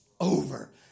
over